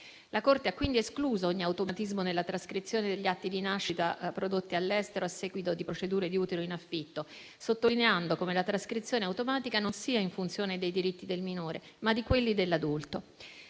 La Corte ha quindi escluso ogni automatismo nella trascrizione degli atti di nascita prodotti all'estero a seguito di procedure di utero in affitto, sottolineando come la trascrizione automatica non sia in funzione dei diritti del minore, ma di quelli dell'adulto.